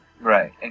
Right